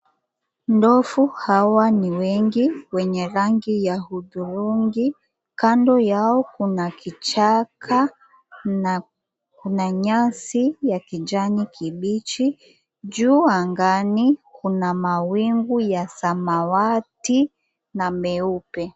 Ndovu hawa ni wengi wenye rangi ya hudhurungi, kando yao kuna kichaka na nyasi ya rangi ya kijani kibichi. Juu angani kuna mawingu ya samawati na meupe.